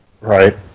Right